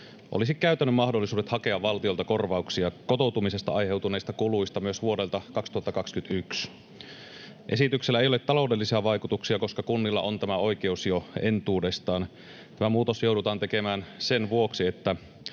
olisi käytännön mahdollisuudet hakea valtiolta korvauksia kotoutumisesta aiheutuneista kuluista myös vuodelta 2021. Esityksellä ei ole taloudellisia vaikutuksia, koska kunnilla on tämä oikeus jo entuudestaan. Tämä muutos joudutaan tekemään sen vuoksi,